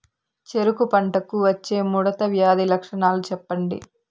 చెరుకు పంటకు వచ్చే ముడత వ్యాధి లక్షణాలు చెప్పండి?